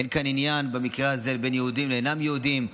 אין כאן עניין במקרה הזה בין יהודים לשאינם יהודים,